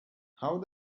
how